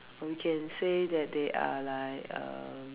or we can say that they are like err